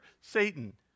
Satan